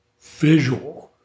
visual